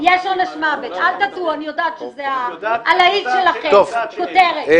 אני יודעת שזה הלהיט שלכם, כותרת.